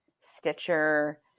Stitcher